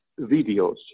videos